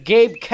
Gabe